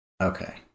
Okay